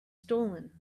stolen